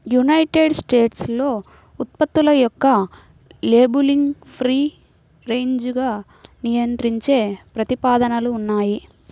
United స్టేట్స్లో ఉత్పత్తుల యొక్క లేబులింగ్ను ఫ్రీ రేంజ్గా నియంత్రించే ప్రతిపాదనలు ఉన్నాయి